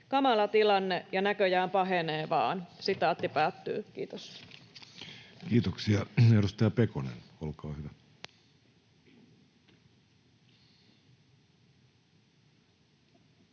Kamala tilanne, ja näköjään pahenee vain.” — Kiitos. Kiitoksia. — Edustaja Pekonen, olkaa hyvä. Kiitos,